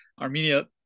armenia